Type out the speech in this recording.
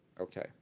okay